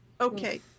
Okay